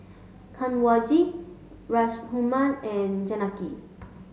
Kanwaljit Raghuram and Janaki